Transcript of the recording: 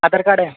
आधार card आहे